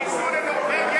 שייסעו לנורבגיה,